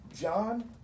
John